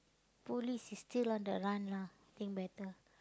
police is still on the run lah think better